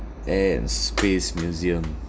air and space museum